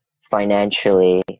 financially